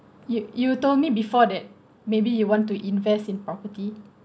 you you told me before that maybe you want to invest in property